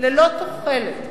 ללא תוחלת,